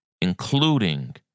including